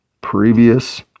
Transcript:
previous